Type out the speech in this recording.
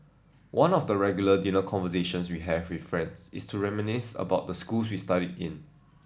one of the regular dinner conversations we have with friends is to reminisce about the school we studied in